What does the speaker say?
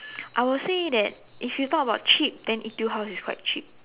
I will say that if you talk about cheap then Etude house is quite cheap